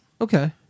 okay